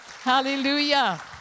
Hallelujah